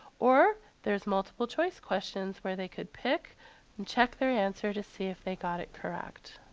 or there's multiple choice questions where they could pick and check their answer to see if they got it correct.